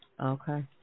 Okay